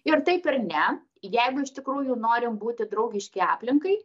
ir taip ir ne jeigu iš tikrųjų norim būti draugiški aplinkai